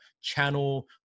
channel